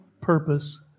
purpose